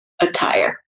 attire